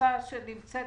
שנתיים